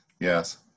yes